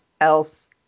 else